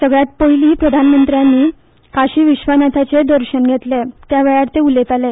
सगळ्यांत पयली प्रधानमंत्र्यांनी काशीविश्वनाथाचें दर्शन घेतलें त्या वेळार ते उलयताले